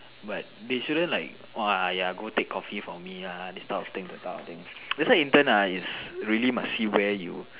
but they shouldn't like !wah! !aiya! go take coffee for me ah this type of thing that type of thing that's why intern ah really must see where you